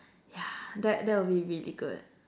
yeah that that would be really good